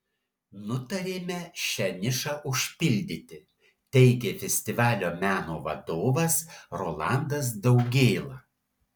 nutarėme šią nišą užpildyti teigė festivalio meno vadovas rolandas daugėla